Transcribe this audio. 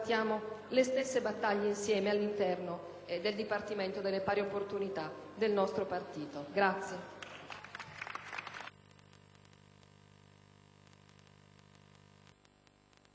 le stesse battaglie all'interno del dipartimento delle pari opportunità del nostro partito.